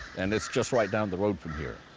and it's just right down the road from here.